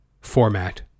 format